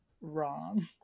wrong